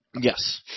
Yes